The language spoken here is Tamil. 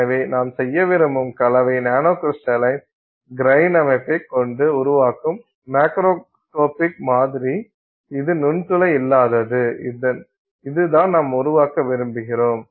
எனவே நாம் செய்ய விரும்பும் கலவை நானோகிரிஸ்டலின் கிரைன் அமைப்பைக் கொண்டு உருவாக்கும் மேக்ரோஸ்கோபிக் மாதிரி இது நுண்துளை இல்லாதது இதுதான் நாம் உருவாக்க விரும்புகிறோம்